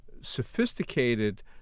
sophisticated